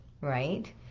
right